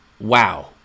wow